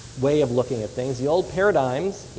way of looking at things, the old paradigm,